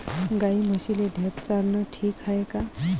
गाई म्हशीले ढेप चारनं ठीक हाये का?